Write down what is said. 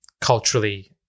culturally